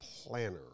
planner